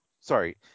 sorry